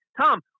Tom